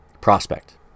prospect